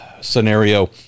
scenario